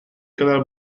kadar